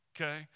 Okay